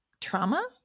trauma